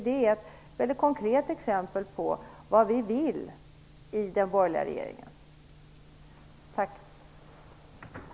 Det är ett konkret exempel på vad vi i den borgerliga regeringen vill. Tack!